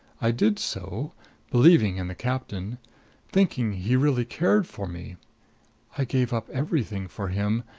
i did so believing in the captain thinking he really cared for me i gave up everything for him.